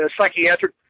psychiatric